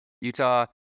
Utah